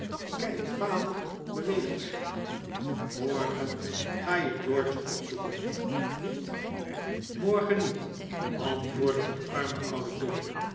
kijk vader beweegt zich morgen ga je george opzoeken niet morgen niet antwoordde de arme oude dobbin